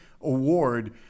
award